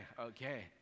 okay